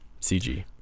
CG